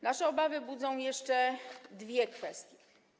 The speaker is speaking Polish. Nasze obawy budzą jeszcze dwie kwestie.